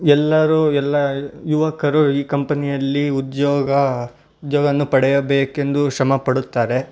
ಎಲ್ಲರೂ ಎಲ್ಲ ಯುವಕರು ಈ ಕಂಪನಿಯಲ್ಲಿ ಉದ್ಯೋಗ ಉದ್ಯೋಗನ್ನು ಪಡೆಯಬೇಕೆಂದು ಶ್ರಮಪಡುತ್ತಾರೆ